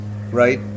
right